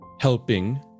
helping